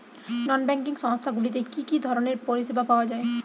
নন banking সংস্থা গুলিতে কি কি ধরনের পরিসেবা পাওয়া য়ায়?